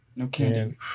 Okay